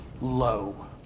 low